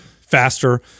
faster